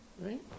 Right